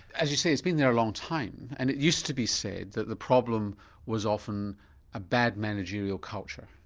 as you say it's been there a long time and it used to be said that the problem was often a bad managerial culture,